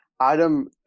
adam